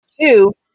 Two